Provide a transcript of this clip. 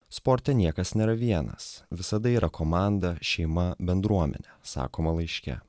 sporte niekas nėra vienas visada yra komanda šeima bendruomenė sakoma laiške